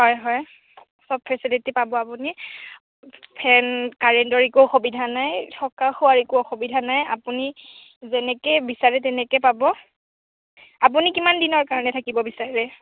হয় হয় চব ফেচেলিটি পাব আপুনি ফেন কাৰেণ্টৰ একো অসুবিধা নাই থকা খোৱাৰ একো অসুবিধা নাই আপুনি যেনেকৈ বিচাৰে তেনেকৈ পাব আপুনি কিমান দিনৰ কাৰণে থাকিব বিচাৰে